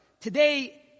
Today